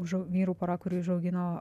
užau vyrų pora kuri užaugino